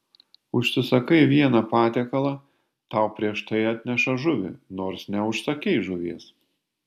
užsisakai vieną patiekalą tau prieš tai atneša žuvį nors neužsakei žuvies